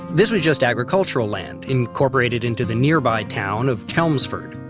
this was just agricultural land incorporated into the nearby town of chelmsford.